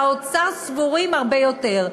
באוצר סבורים שהרבה יותר.